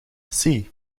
see